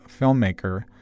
filmmaker